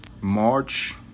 March